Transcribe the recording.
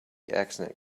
incident